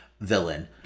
villain